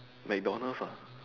McDonald's ah